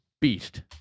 beast